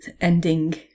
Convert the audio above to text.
ending